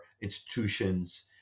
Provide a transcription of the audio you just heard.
institutions